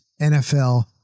NFL